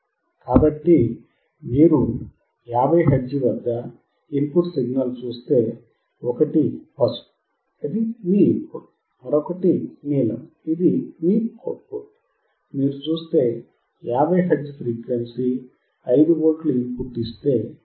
కాబట్టి మీరు 50 హెర్ట్జ్ వద్ద ఇన్ పుట్ సిగ్నల్ చూస్తే ఒకటి పసుపు మీ ఇన్ పుట్ మరొకటి నీలం మీ అవుట్ పుట్ మీరు చూస్తే 50 hertz frequency 5V input ఇస్తే అవుట్ పుట్ 1